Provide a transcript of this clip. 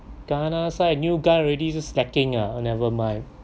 kanasai a new guy already slacking ah never mind